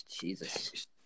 Jesus